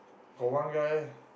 got one guy